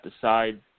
decide